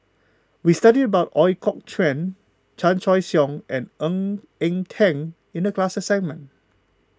we studied about Ooi Kok Chuen Chan Choy Siong and Ng Eng Teng in the class assignment